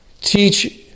teach